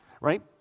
Right